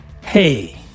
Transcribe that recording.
Hey